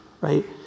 right